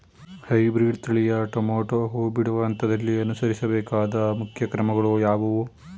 Hybrid ತಳಿಯ tomato ಹೂ ಬಿಡುವ ಹಂತದಲ್ಲಿ ಅನುಸರಿಸಬೇಕಾದ ಮುಖ್ಯ ಕ್ರಮಗಳು ಯಾವುವು?